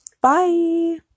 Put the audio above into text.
Bye